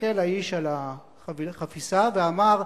הסתכל האיש על החפיסה ואמר: